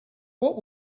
what